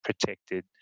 protected